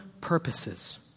purposes